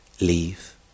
leave